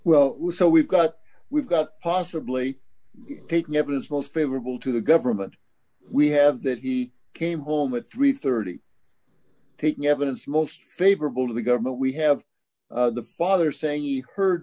well so we've got we've got possibly taking evidence most favorable to the government we have that he came home at three hundred and thirty taking evidence most favorable to the government we have the father saying he heard